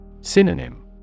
Synonym